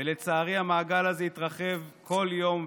ולצערי המעגל הזה מתרחב כל יום,